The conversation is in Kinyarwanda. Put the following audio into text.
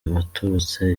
waturutse